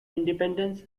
independence